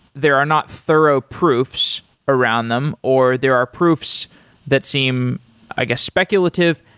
there are not thorough proofs around them, or there are proofs that seem i guess speculative.